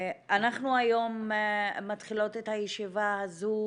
אנחנו היום מתחילות את הישיבה הזו